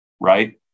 right